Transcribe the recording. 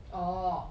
orh